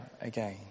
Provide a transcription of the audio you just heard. again